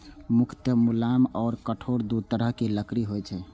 मुख्यतः मुलायम आ कठोर दू तरहक लकड़ी होइ छै